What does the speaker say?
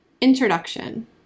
Introduction